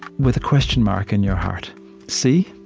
with a question mark in your heart see?